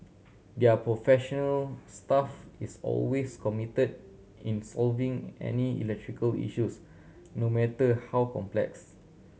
their professional staff is always committed in solving any electrical issues no matter how complex